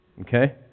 Okay